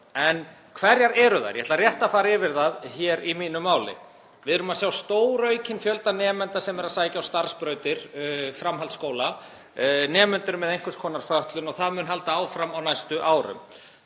En hverjar eru þær? Ég ætla rétt að fara yfir það hér í mínu máli. Við erum að sjá stóraukinn fjölda nemenda sem er að sækja starfsbrautir framhaldsskóla, nemendur með einhvers konar fötlun og það mun halda áfram á næstu árum.